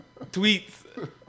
tweets